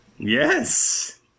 Yes